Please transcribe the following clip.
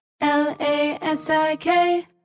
L-A-S-I-K